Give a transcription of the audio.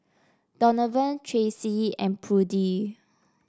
Donavon Tracee and Prudie